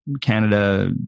canada